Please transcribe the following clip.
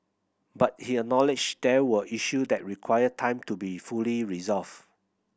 but he acknowledged there were issues that require time to be fully resolved